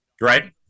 Right